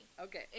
okay